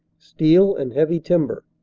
steel and heavy timber.